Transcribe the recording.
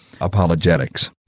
apologetics